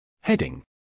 Heading